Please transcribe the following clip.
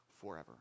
forever